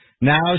now